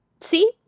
See